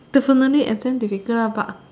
definitely exam difficult lah but